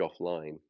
offline